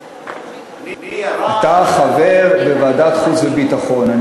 אתה חבר בוועדת חוץ וביטחון.